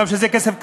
אומנם זה כסף קטן,